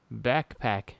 backpack